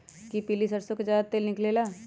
कि पीली सरसों से ज्यादा तेल निकले ला?